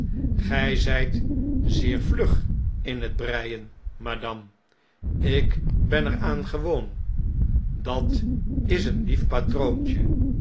zijt zeer vlug in het breien madame ik ben er aan gewoon dat is een lief patroontje